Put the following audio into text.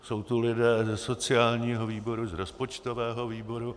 Jsou tu lidé ze sociálního výboru, z rozpočtového výboru.